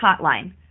hotline